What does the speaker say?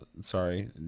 Sorry